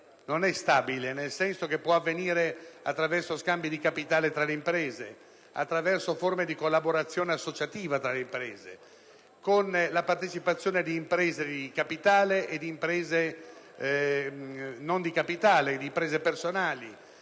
non stabile, nel senso che può avvenire attraverso scambi di capitale, attraverso forme di collaborazione associativa tra le imprese, con la partecipazione di imprese di capitale e di imprese personali,